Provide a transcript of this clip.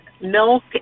milk